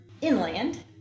inland